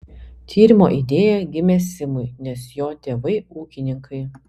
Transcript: tyrimo idėja gimė simui nes jo tėvai ūkininkai